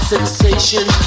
Sensation